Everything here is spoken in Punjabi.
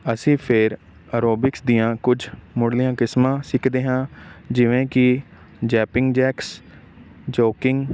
ਅਸੀਂ ਫੇਰ ਐਰੋਬਿਕਸ ਦੀਆਂ ਕੁਝ ਮੁਢਲੀਆਂ ਕਿਸਮਾਂ ਸਿੱਖਦੇ ਹਾਂ ਜਿਵੇਂ ਕਿ ਜੈਪਿੰਗ ਜੈਕਸ ਜੋਕਿੰਗ